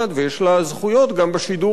ויש לה זכויות גם בשידור הציבורי,